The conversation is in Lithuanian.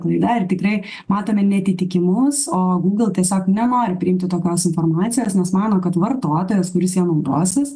klaida ir tikrai matome neatitikimus o google tiesiog nenori priimti tokios informacijos nes mano kad vartotojas kuris ja naudosis